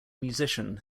musician